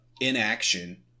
inaction